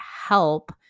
help